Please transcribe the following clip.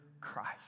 Christ